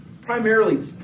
primarily